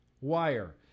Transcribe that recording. wire